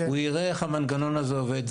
הוא יראה איך המנגנון הזה עובד.